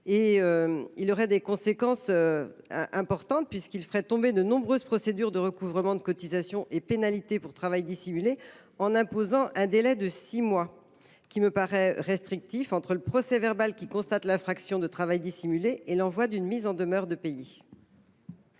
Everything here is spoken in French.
qui aurait des conséquences importantes : elle ferait tomber de nombreuses procédures de recouvrement de cotisations et pénalités pour travail dissimulé en imposant un délai de six mois, selon moi par trop restrictif, entre le procès verbal qui constate l’infraction de travail dissimulé et l’envoi d’une mise en demeure de payer